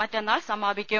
മറ്റുന്നാൾ സമാപിക്കും